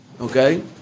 Okay